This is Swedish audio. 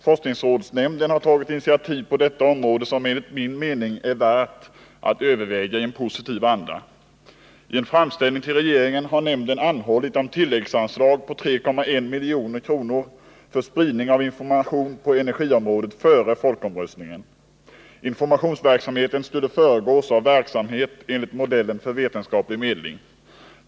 Forskningsrådsnämnden har tagit ett initiativ på detta område som enligt min mening är värt att övervägas i en positiv anda. I en framställning till regeringen har nämnden anhållit om tilläggsanslag på 3,1 miljoner för spridning av information på energiområdet före folkomröstningen. Informationsverksamheten skulle föregås av verksamhet enligt modellen för vetenskaplig medling.